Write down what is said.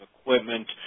equipment